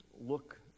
look